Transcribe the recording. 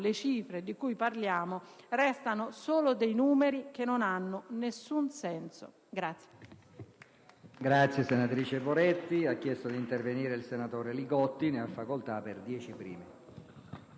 le cifre di cui parliamo restano solo dei numeri che non hanno alcun senso.